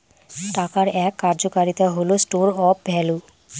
টাকার এক কার্যকারিতা হল স্টোর অফ ভ্যালু